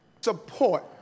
Support